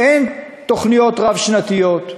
אין תוכניות רב-שנתיות.